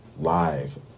live